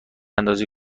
اندازه